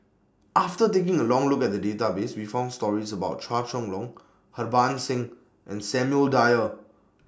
after taking A Look At The Database We found stories about Chua Chong Long Harbans Singh and Samuel Dyer